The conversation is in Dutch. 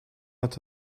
het